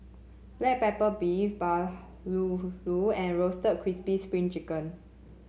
Black Pepper Beef Bahulu and Roasted Crispy Spring Chicken